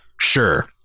Sure